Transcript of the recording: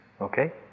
Okay